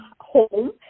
home